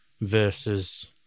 versus